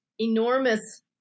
enormous